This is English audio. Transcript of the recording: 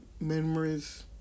memories